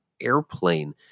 airplane